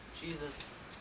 Jesus